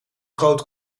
groot